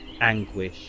anguish